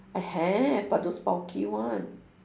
I have but those bulky one